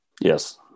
Yes